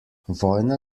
vojna